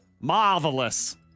marvelous